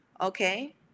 Okay